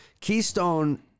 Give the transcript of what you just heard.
Keystone